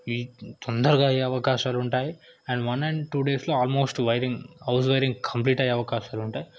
ఈ తొందరగా అయ్యే అవకాశాలు ఉంటాయి అండ్ వన్ అండ్ టూ డేస్లో almost wiring house wiring complete అయ్యే అవకాశాలు ఉంటాయి